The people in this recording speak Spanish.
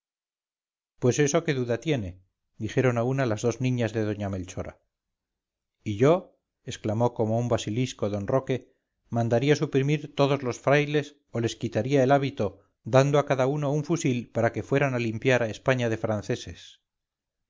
pues eso qué duda tiene dijeron a una las dos niñas de doña melchora y yo exclamó como un basilisco don roque mandaría suprimir todos los frailes o les quitaría el hábito dando a cada uno un fusil para que fueran a limpiar a españa de franceses